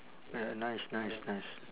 ya nice nice nice